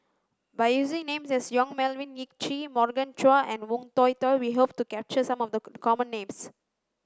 by using names such as Yong Melvin Yik Chye Morgan Chua and Woon Tai Ho we hope to capture some of the common names